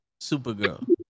supergirl